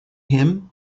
him